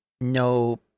no